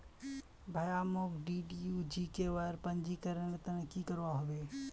भाया, मोक डीडीयू जीकेवाईर पंजीकरनेर त न की करवा ह बे